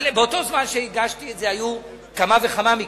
אבל באותו זמן שהגשתי את זה היו כמה וכמה מקרים,